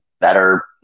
better